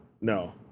no